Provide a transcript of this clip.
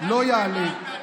לא ייענו.